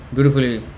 Beautifully